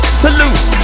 salute